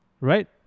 right